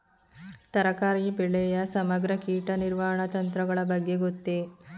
ತರಕಾರಿ ಬೆಳೆಯ ಸಮಗ್ರ ಕೀಟ ನಿರ್ವಹಣಾ ತಂತ್ರಗಳ ಬಗ್ಗೆ ಗೊತ್ತೇ?